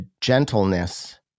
gentleness